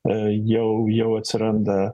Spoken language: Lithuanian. jau jau atsiranda